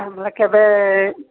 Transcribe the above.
କେବେ